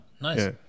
nice